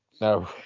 No